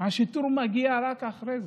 השיטור מגיע רק אחרי זה.